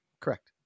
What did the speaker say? correct